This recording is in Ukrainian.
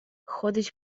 ходить